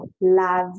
love